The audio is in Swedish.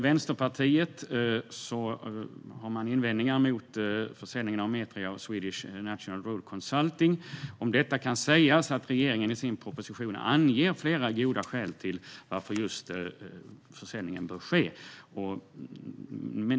Vänsterpartiet har invändningar mot försäljningen av Metria och Swedish National Road Consulting. Om detta kan sägas att regeringen i sin proposition anger flera goda skäl till varför försäljningen bör ske.